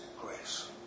grace